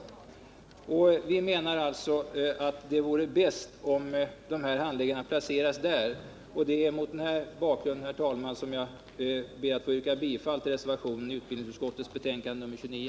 Vi menar därför att det vore bäst om handläggarna placerades vid regionstyrelserna. Det är mot den bakgrunden, herr talman, som jag ber att få yrka bifall till reservationen vid utbildningsutskottets betänkande nr 29.